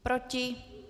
Proti?